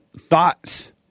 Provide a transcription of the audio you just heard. thoughts